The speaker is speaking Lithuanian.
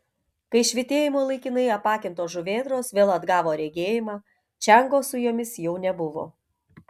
kai švytėjimo laikinai apakintos žuvėdros vėl atgavo regėjimą čiango su jomis jau nebuvo